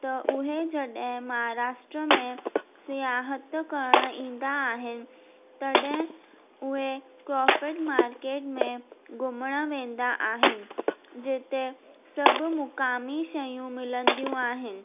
त उहे जॾहिं महाराष्ट्र में सिहायतु करणु ईंदा आहिनि तॾहिं उहे क्रॉफड मार्केट में घुमणु वेंदा आहिनि जिते सभु मुकामी शयूं मिलंदियूं आहिनि